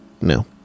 No